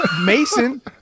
Mason